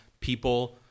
people